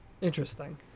Interesting